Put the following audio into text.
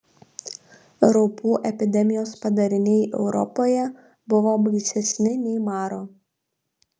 raupų epidemijos padariniai europoje buvo baisesni nei maro